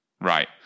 Right